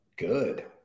good